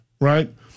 right